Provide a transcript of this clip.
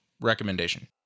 Recommendation